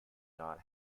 not